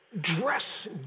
dress